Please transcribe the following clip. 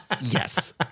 yes